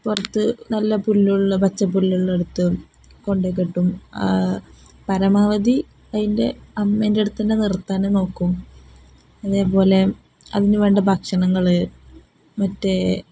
പുറത്തു നല്ല പുല്ലുള്ള പച്ചപ്പുല്ലുള്ള അടുത്തു കൊണ്ടുപോയി കെട്ടും പരമാവധി അതിൻ്റെ അമ്മേൻ്റെ അടുത്തുതന്നെ നിർത്താന് നോക്കും അതേപോലെ അതിനുവേണ്ട ഭക്ഷണങ്ങള് മറ്റേ